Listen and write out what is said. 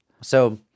So-